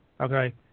okay